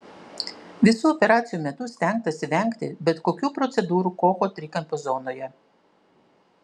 visų operacijų metu stengtasi vengti bet kokių procedūrų kocho trikampio zonoje